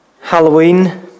Halloween